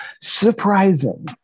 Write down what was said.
Surprising